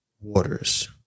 waters